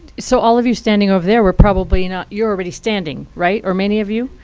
so all of you standing over there were probably not you're already standing, right? or many of you?